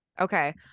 Okay